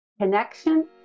Connection